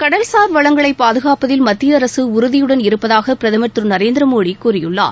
கடல்சார் வளங்களை பாதுகாப்பதில் மத்திய அரசு உறுதியுடன் இருப்பதாக பிரதம் திரு நரேந்திரமோடி கூறியுள்ளார்